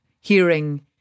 hearing